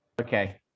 Okay